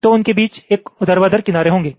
तो उनके बीच एक ऊर्ध्वाधर किनारे होंगे